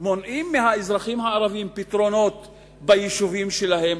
מונעים מהאזרחים הערבים פתרונות ביישובים שלהם,